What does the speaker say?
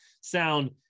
sound